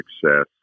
success